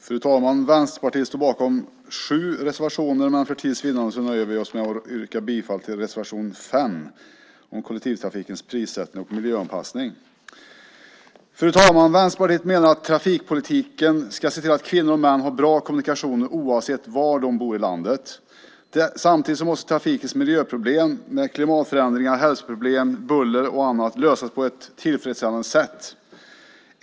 Fru talman! Vänsterpartiet står bakom sju reservationer i betänkandet, men för tids vinnande nöjer vi oss med att yrka bifall till reservation 5 om kollektivtrafikens prissättning och miljöanpassning. Fru talman! Vänsterpartiet menar att trafikpolitiken ska se till att kvinnor och män har bra kommunikationer oavsett var i landet de bor. Samtidigt måste trafikens miljöproblem - klimatförändringar, hälsoproblem, buller och annat - lösas på ett tillfredsställande sätt.